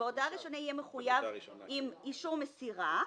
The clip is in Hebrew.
ובהודעה ראשונה יהיה מחויב עם אישור מסירה.